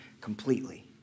completely